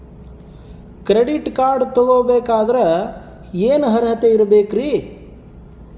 Credit card ತೊಗೋ ಬೇಕಾದರೆ ಏನು ಅರ್ಹತೆ ಇರಬೇಕ್ರಿ?